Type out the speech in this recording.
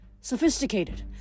sophisticated